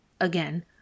again